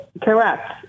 Correct